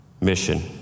mission